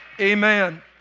Amen